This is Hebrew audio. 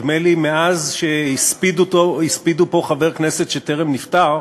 נדמה לי שמאז שהספידו פה חבר כנסת שטרם נפטר,